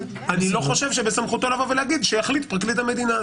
אני לא חושב שבסמכותו לבוא ולהגיד שיחליט פרקליט המדינה.